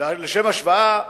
לשם השוואה,